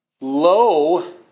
low